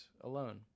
alone